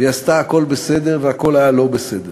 והיא עשתה הכול בסדר והכול היה לא בסדר.